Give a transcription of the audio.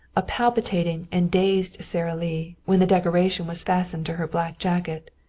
a palpitating and dazed sara lee, when the decoration was fastened to her black jacket,